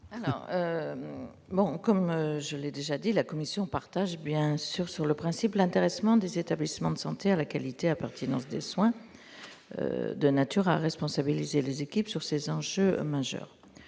Bon, comme. Je l'ai déjà dit la Commission partage bien sûr sur le principe, l'intéressement des établissements de santé avec qualité impertinence des soins, de nature à responsabiliser les équipes sur ces enjeux majeurs